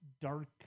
dark